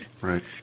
right